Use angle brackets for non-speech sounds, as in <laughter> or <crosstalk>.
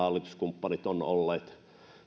<unintelligible> hallituskumppanit ovat olleet